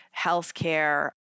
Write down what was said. healthcare